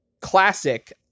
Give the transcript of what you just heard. classic